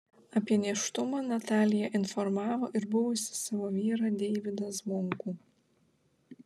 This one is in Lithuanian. apie nėštumą natalija informavo ir buvusį savo vyrą deivydą zvonkų